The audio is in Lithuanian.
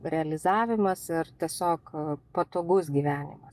realizavimas ir tiesiog patogus gyvenimas